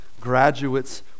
graduates